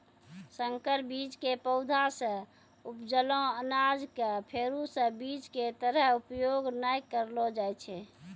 संकर बीज के पौधा सॅ उपजलो अनाज कॅ फेरू स बीज के तरह उपयोग नाय करलो जाय छै